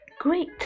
Great